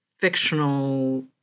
fictional